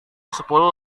sepuluh